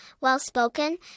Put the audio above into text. well-spoken